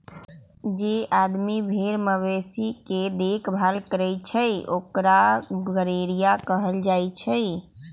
जे आदमी भेर मवेशी के देखभाल करई छई ओकरा गरेड़िया कहल जाई छई